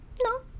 no